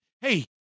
hey